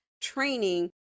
training